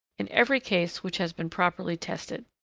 in every case which has been properly tested.